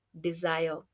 desire